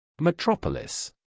metropolis